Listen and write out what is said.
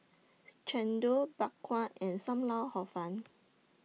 Chendol Bak Kwa and SAM Lau Hor Fun